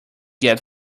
get